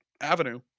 avenue